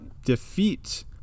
defeat